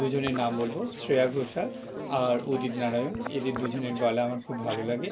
দুজনের নাম বলবো শ্রেয়া ঘোষাল আর উদিত নারায়ণ এদের দুজনের গলা আমার খুব ভালো লাগে